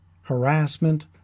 harassment